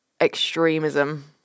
extremism